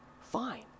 fine